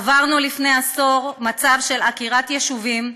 עברנו לפני עשור מצב של עקירת יישובים.